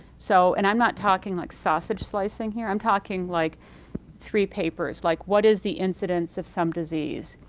so, and i'm not talking like sausage slicing here, i'm talking like three papers like what is the incidence of some disease,